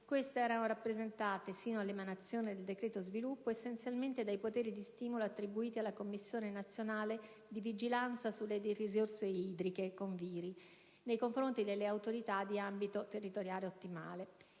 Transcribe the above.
queste erano rappresentate, sino all'emanazione del decreto sviluppo, essenzialmente dai poteri di stimolo attribuiti alla Commissione nazionale di vigilanza sulle risorse idriche (CONVIRI) nei confronti delle Autorità di Ambito Territoriale Ottimale